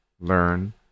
learn